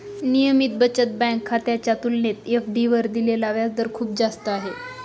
नियमित बचत बँक खात्याच्या तुलनेत एफ.डी वर दिलेला व्याजदर खूप जास्त आहे